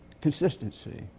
consistency